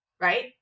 Right